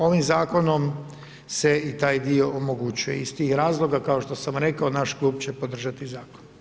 Ovim zakonom se i taj dio omogućuje iz tih razloga, kao što sam rekao, naš klub će podržati zakon.